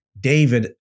David